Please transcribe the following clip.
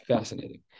Fascinating